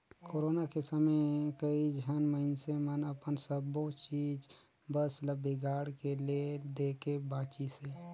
corona के समे कइझन मइनसे मन अपन सबो चीच बस ल बिगाड़ के ले देके बांचिसें